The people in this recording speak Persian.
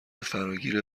فراگیر